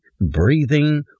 breathing